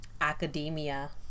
academia